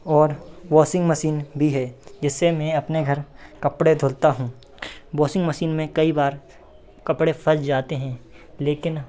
और washing machine भी है जिससे मैं अपने घर कपड़े धोता हूँ वाशिंग मशीन में कई बार कपड़े फँस जाते हैं लेकिन